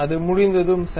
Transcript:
அது முடிந்ததும் சரி